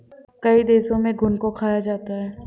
कई देशों में घुन को खाया जाता है